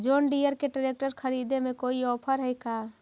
जोन Deere के ट्रेकटर खरिदे में कोई औफर है का?